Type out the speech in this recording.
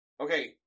okay